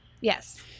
yes